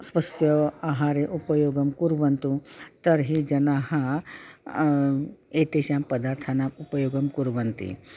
स्वस्य आहारे उपयोगं कुर्वन्तु तर्हि जनाः एतेषां पदार्थानाम् उपयोगं कुर्वन्ति